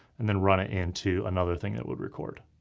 and then run it into another thing that would record.